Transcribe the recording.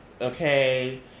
okay